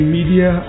Media